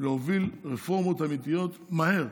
להוביל רפורמות אמיתיות מהר.